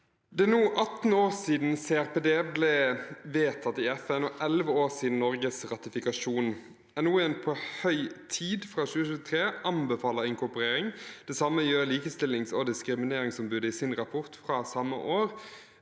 Det er nå 18 år si- den CRPD ble vedtatt i FN og 11 år siden Norges ratifi kasjon. NOU-en «På høy tid», fra 2023, anbefaler inkorporering. Det samme gjør Likestillings- og diskrimineringsombudet i sin rapport fra samme år.